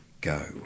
go